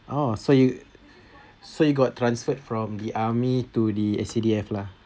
oh so you so you got transferred from the army to the S_C_D_F lah